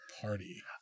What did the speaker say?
party